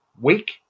week